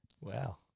Wow